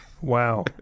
wow